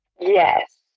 Yes